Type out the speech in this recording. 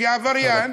כי העבריין,